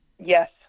Yes